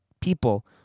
people